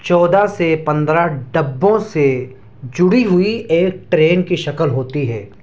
چودہ سے پندرہ ڈبوں سے جڑی ہوئی ایک ٹرین کی شکل ہوتی ہے